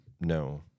No